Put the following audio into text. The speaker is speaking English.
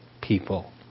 people